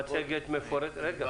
שזה